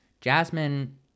Jasmine